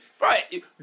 Right